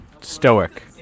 stoic